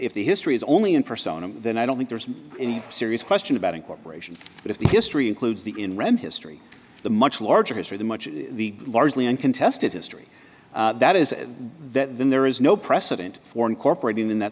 if the history is only in persona then i don't think there's any serious question about incorporate but if the history includes the in read history the much larger history the much the largely uncontested history that is that then there is no precedent for incorporating in that